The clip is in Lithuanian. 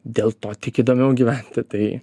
dėl to tik įdomiau gyventi tai